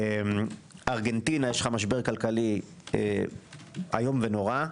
ארגנטינה - יש לך משבר כלכלי איום ונורא,